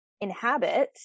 inhabit